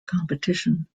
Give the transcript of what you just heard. competition